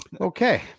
okay